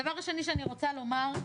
דבר שני שאני רוצה לומר,